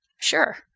Sure